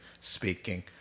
speaking